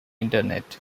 internet